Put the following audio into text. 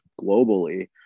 globally